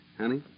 Honey